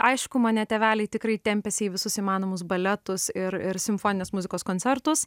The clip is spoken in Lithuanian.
aišku mane tėveliai tikrai tempėsi į visus įmanomus baletus ir ir simfoninės muzikos koncertus